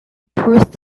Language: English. precise